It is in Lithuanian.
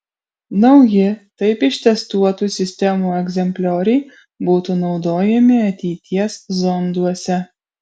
nauji taip ištestuotų sistemų egzemplioriai būtų naudojami ateities zonduose